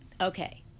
Okay